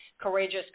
Courageous